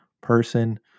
person